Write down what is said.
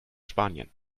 spanien